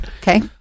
Okay